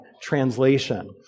translation